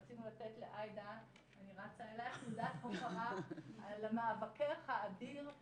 רצינו לתת לעאידה תעודת הוקרה על מאבקך האדיר,